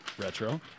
retro